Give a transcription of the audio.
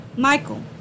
Michael